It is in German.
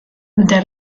der